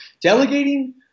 delegating